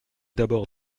d’abord